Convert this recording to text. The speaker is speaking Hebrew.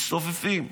מצטופפים.